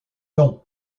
nom